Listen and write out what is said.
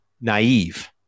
naive